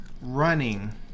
running